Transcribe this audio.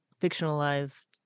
fictionalized